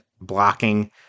blocking